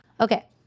Okay